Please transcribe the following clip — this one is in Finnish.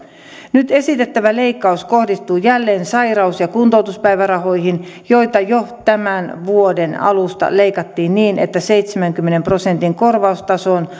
nyt esitettävä leikkaus kohdistuu jälleen sairaus ja kuntoutuspäivärahoihin joita jo tämän vuoden alusta leikattiin niin että seitsemänkymmenen prosentin korvaustasoon